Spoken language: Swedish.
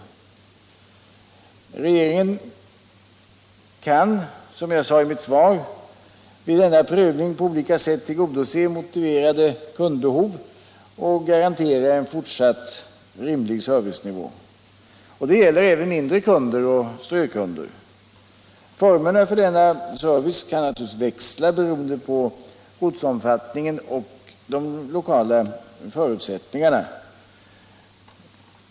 Som jag framhållit i mitt svar kan regeringen vid en prövning på olika sätt tillgodose motiverade kundbehov och garantera en fortsatt rimlig servicenivå. Detta gäller även mindre kunder och strökunder. Formerna för denna service kan naturligtvis växla, beroende på ortsomfattningen och de lokala förutsättningarna.